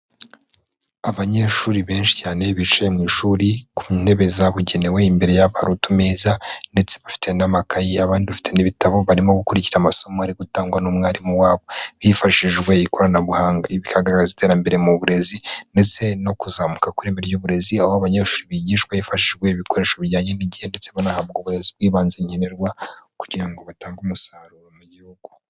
Abanyeshuri benshi cyane bicaye mu ishuri ku ntebe zabugenewe, imbere yabo hari utumeza ndetse bafite n'amakayi ,abandi bafite n'ibitabo barimo gukurikikira amasomo ari gutangwa n'umwarimu wabo hifashishijwe ikoranabuhanga ,ibi bikagaragaza iterambere mu burezi ndetse no kuzamuka kw'ireme ry'uburezi ,aho abanyeshuri bigishwa hifashijwe ibikoresho bijyanye n'igihe, ndetse banahabwa uburezi bw'ibanze nkenerwa, kugira ngo batange umusaruro mu gihugu.